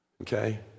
okay